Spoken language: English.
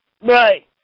right